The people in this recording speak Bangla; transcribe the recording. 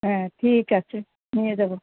হ্যাঁ ঠিক আছে নিয়ে যাবো